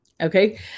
Okay